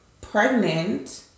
pregnant